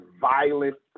violent